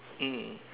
mm